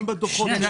גם בדוחות --- שנייה,